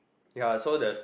ya so the